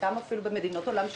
חלקם אפילו במדינות העולם השלישי,